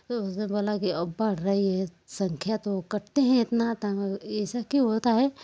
तो उसने बोला कि बढ़ रही है संख्या तो काटते हैं इतना तो ऐसा क्यों होता है